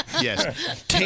Yes